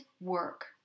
work